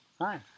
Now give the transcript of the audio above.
Hi